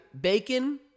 Bacon